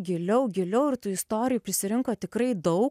giliau giliau ir tų istorijų prisirinko tikrai daug